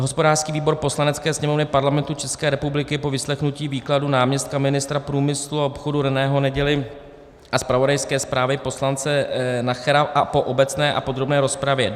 Hospodářský výbor Poslanecké sněmovny Parlamentu České republiky po vyslechnutí výkladu náměstka ministra průmyslu a obchodu Reného Neděly a zpravodajské zprávě poslance Nachera a po obecné a podrobné rozpravě